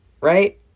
right